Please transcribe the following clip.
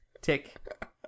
tick